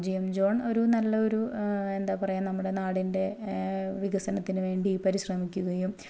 Roji M John ഒരു നല്ല ഒരു എന്താ പറയാ നമ്മുടെ നാടിൻ്റെ വികസനത്തിനും വേണ്ടി പരിശ്രമിക്കുകയും